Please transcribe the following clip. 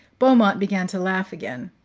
beaumont began to laugh again.